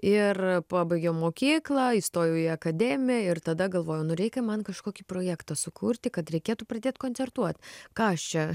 ir pabaigiau mokyklą įstojau į akademiją ir tada galvoju nu reikia man kažkokį projektą sukurti kad reikėtų pradėt koncertuot ką aš čia